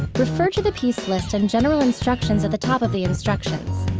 refer to the piece list and general instructions at the top of the instructions.